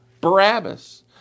Barabbas